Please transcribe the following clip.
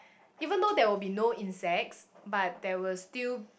even though there will be no insects but there will still